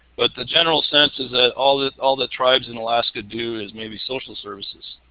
but the general sense is that all that all that tribes in alaska do is maybe social services.